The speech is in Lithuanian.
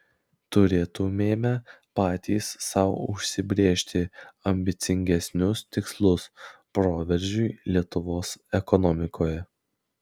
turėtumėme patys sau užsibrėžti ambicingesnius tikslus proveržiui lietuvos ekonomikoje